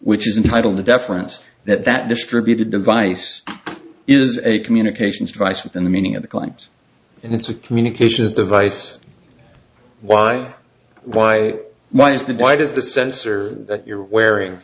which is entitled the deference that that distributed device is a communications device within the meaning of the climbs and it's a communications device why why why is that why does the sensor that you're wearing